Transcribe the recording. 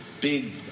big